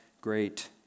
great